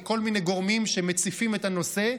בכל מיני גורמים שמציפים את הנושא,